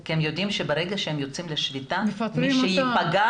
כי הם יודעים שברגע שהם יוצאים לשביתה מי שייפגע,